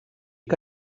que